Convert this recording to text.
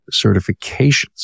certifications